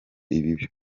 ibibi